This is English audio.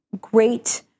great